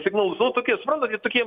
signalus nu tokie suprantat jie tokie